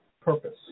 purpose